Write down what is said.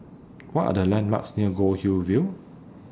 What Are The landmarks near Goldhill View